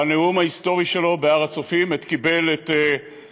בנאום ההיסטורי שלו בהר הצופים בעת שקיבל דוקטור